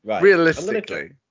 Realistically